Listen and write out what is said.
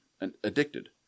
addicted